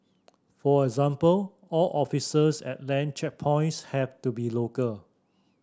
for example all officers at land checkpoints have to be local